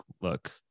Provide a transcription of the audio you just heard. look